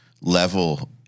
level